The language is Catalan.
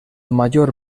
major